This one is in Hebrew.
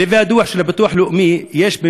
ולהווי ידוע שלביטוח הלאומי יש,